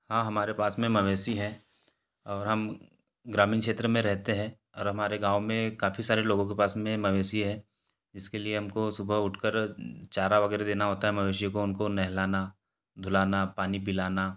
हाँ हमारे पास में मवेशी हैं और हम ग्रामीन क्षेत्र में रहते हैं और हमारे गाँव में काफ़ी सारे लोगों के पास में मवेशी हैं जिसके लिए हमको सुबह उठकर चारा वगैरह देना होता है मवेशियों को उनको नहलाना धुलाना पानी पिलाना